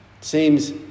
seems